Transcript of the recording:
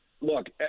look